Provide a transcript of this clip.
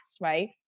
right